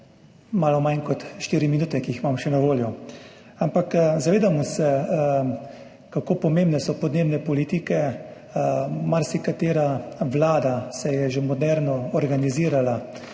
malo manj kot štiri minute, ki jih imam še na voljo. Ampak zavedamo se, kako pomembne so podnebne politike. Marsikatera vlada se je že moderno organizirala,